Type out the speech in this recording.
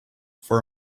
for